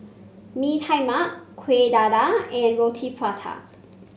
Mee Tai Mak Kuih Dadar and Roti Prata